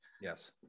yes